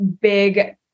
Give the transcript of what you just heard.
big